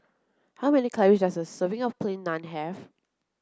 how many calories does a serving of plain naan have